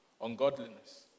Ungodliness